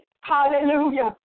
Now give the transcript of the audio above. hallelujah